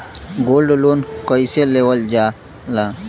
Gold loan कईसे लेवल जा ला?